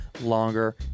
longer